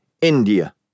India